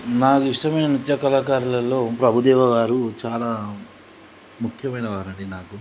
నాకు ఇష్టమైన నృత్య కళాకారులలో ప్రభుదేవ గారు చాలా ముఖ్యమైన వారండి నాకు